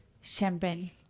Champagne